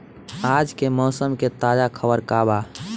आज के मौसम के ताजा खबर का बा?